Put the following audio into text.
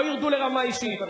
לא ירדו לרמה אישית.